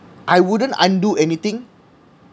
I wouldn't undo anything